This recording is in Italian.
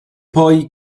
poi